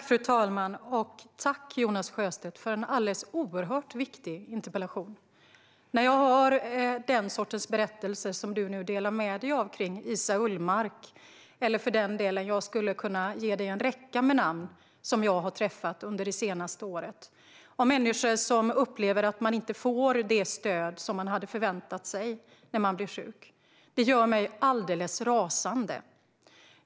Fru talman! Tack, Jonas Sjöstedt, för en oerhört viktig interpellation! När jag hör berättelser som den om Iza Ullmark, som du nu delar med dig av, eller för den delen om någon annan av den räcka personer som jag har träffat under det senaste året, som upplever att de inte får det stöd de hade förväntat sig när de blir sjuka, gör det mig alldeles rasande.